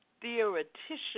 theoretician